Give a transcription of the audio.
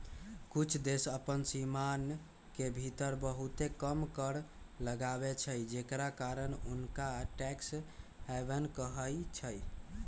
कुछ देश अप्पन सीमान के भीतर बहुते कम कर लगाबै छइ जेकरा कारण हुंनका टैक्स हैवन कहइ छै